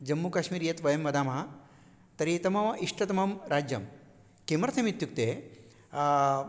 जम्मुकाश्मीर् यत् वयं वदामः तर्हि तु म मइष्टतमं राज्यं किमर्थम् इत्युक्ते